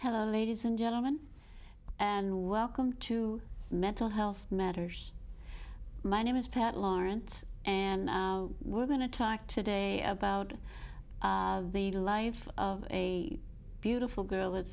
hello ladies and gentlemen and welcome to mental health matters my name is pat lawrence and we're going to talk today about the life of a beautiful girl